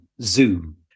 Zoom